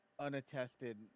unattested